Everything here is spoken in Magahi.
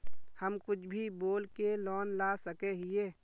हम कुछ भी बोल के लोन ला सके हिये?